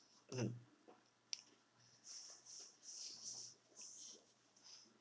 mm